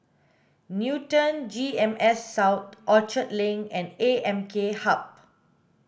Newton G E M S South Orchard Link and A M K Hub